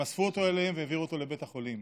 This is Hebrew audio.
הם אספו אותו אליהם והעבירו אותו לבית חולים,